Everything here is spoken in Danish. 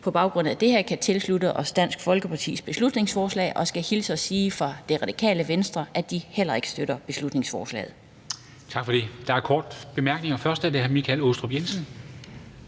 på baggrund af det her ikke kan tilslutte os Dansk Folkepartis beslutningsforslag. Og jeg skal hilse og sige fra Det Radikale Venstre, at de heller ikke støtter beslutningsforslaget. Kl. 20:29 Formanden (Henrik Dam Kristensen): Tak for det. Der er korte bemærkninger. Først er det fra hr. Michael Aastrup Jensen.